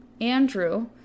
Andrew